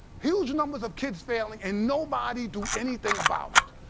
huge numbers of kids failing, and nobody do anything about it?